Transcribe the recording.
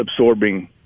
absorbing